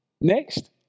Next